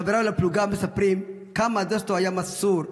חבריו לפלוגה מספרים כמה דסטאו היה מסור,